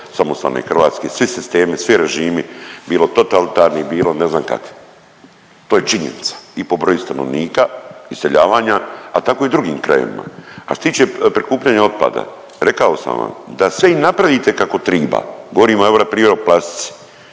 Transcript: samostalne Hrvatske. Svi sistemi, svi režimi bilo totalitarni, bilo ne znam kakvi. To je činjenica i po broju stanovnika, iseljavanja, a tako i u drugim krajevima. A što se tiče prikupljanja otpada, rekao sam vam da sve i napravite kako triba, govorimo evo na primjer o plastici